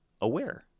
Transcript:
aware